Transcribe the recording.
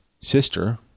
sister